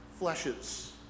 fleshes